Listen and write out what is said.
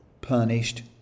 punished